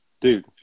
Dude